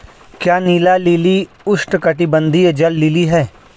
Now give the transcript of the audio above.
क्या नीला लिली उष्णकटिबंधीय जल लिली है?